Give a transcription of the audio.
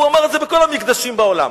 הוא אמר את זה בכל המקדשים בעולם.